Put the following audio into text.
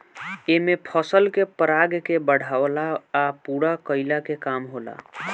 एमे फसल के पराग के बढ़ावला आ पूरा कईला के काम होला